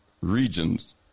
regions